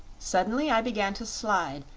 suddenly i began to slide,